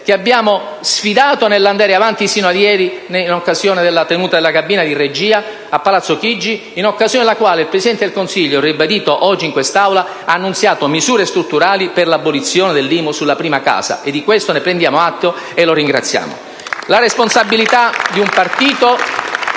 che abbiamo sfidato nell'andare avanti sino a ieri, in occasione della tenuta della cabina di regia a Palazzo Chigi, nel corso della quale il Presidente del Consiglio, come ha ribadito oggi in quest'Aula, ha annunziato misure strutturali per l'abolizione dell'IMU sulla prima casa. Di questo prendiamo atto e lo ringraziamo. *(Applausi dal Gruppo